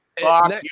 fuck